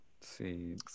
see